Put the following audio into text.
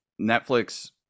Netflix